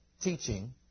teaching